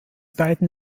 beiden